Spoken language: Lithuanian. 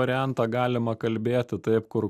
variantą galima kalbėti taip kur